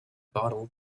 bottle